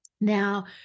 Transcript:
Now